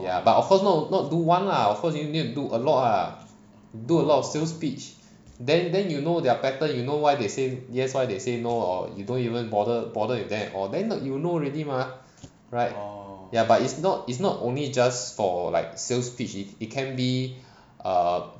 ya but of course not do [one] lah of course you need to do a lot ah do a lot of sales pitch then then you know their pattern you know why they say yes why they say no or you don't even bother bother with them at all then you know already mah right ya but it's not it's not only just for like sales pitch it it can be err